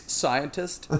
scientist